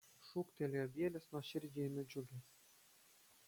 šūktelėjo bielis nuoširdžiai nudžiugęs